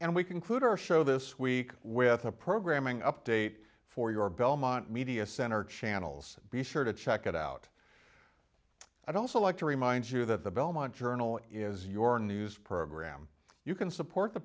and we conclude our show this week with a programming update for your belmont media center channel's be sure to check it out i don't so like to remind you that the belmont journal is your news program you can support the